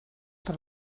per